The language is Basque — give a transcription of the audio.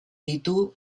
ditu